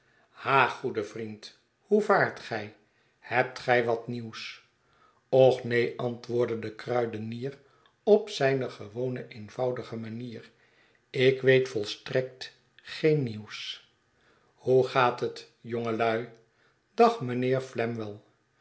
ha goede vriend hoe vaart gij hebt gij wat nieuws och neen antwoordde de kruidenier op zijne gewone eenvoudige manier ik weet volstrekt geen nieuws hoe gaat het jongelui dag mijnheer